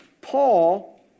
Paul